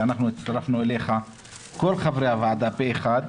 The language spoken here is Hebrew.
ואנחנו הצטרפנו אליך כל חברי הוועדה פה אחד,